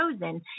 chosen